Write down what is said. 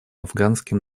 афганским